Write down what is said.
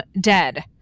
dead